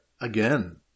again